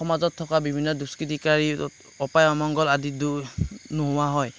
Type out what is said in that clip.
সমাজত থকা বিভিন্ন দুষ্কৃতিকাৰী অপায় অমংগল আদি দূৰ নোহোৱা হয়